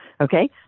okay